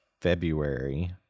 February